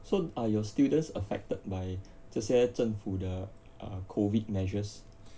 so are your students affected by 这些政府的 uh COVID measures